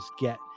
get